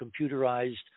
computerized